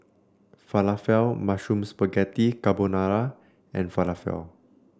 Falafel Mushroom Spaghetti Carbonara and Falafel